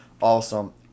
awesome